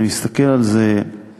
אני מסתכל על זה היום